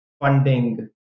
funding